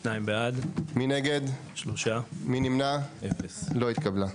2 נגד, 3 נמנעים, 0 ההסתייגות לא התקבלה.